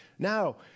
Now